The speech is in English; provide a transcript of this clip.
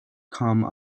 come